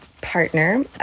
partner